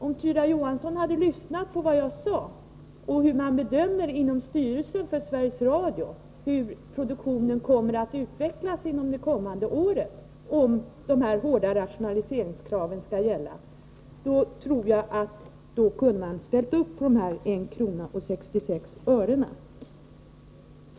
Om Tyra Johansson hade lyssnat på vad jag sade om hur man inom styrelsen för Sveriges Radio bedömer att produktionen kommer att utvecklas under det kommande året — om dessa hårda rationaliseringskrav skall gälla — tror jag att hon kunde ha ställt upp på denna höjning med 1:66 kr.